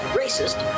racist